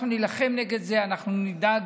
אנחנו נילחם נגד זה, אנחנו נדאג